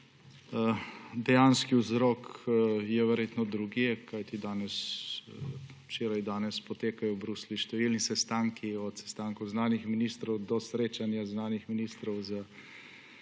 Dejanski vzrok je verjetno drugje, kajti včeraj, danes potekajo v Bruslju številni sestanki, od sestankov znanih ministrov do srečanja znanih ministrov